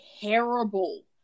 terrible